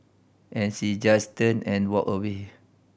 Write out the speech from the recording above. and she just turned and walked away